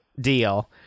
Deal